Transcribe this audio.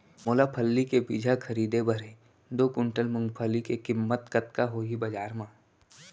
मोला फल्ली के बीजहा खरीदे बर हे दो कुंटल मूंगफली के किम्मत कतका होही बजार म?